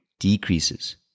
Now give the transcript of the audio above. decreases